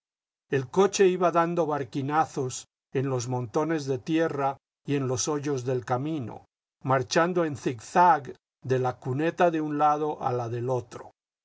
el coche iba dando barquinazos en los montones de tierra y en los hoyos del camino marchando en zig-zag de la cuneta de un lado a la de otro